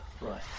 right